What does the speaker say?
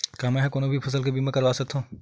का मै ह कोनो भी फसल के बीमा करवा सकत हव?